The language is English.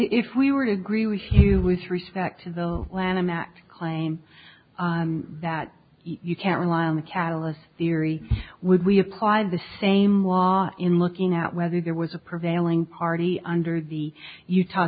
if we were to agree with you with respect to the lanham act claim that you can't rely on the catalyst theory would we apply the same law in looking at whether there was a prevailing party under the utah